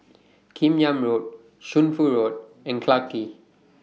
Kim Yam Road Shunfu Road and Clarke Quay